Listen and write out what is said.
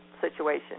situation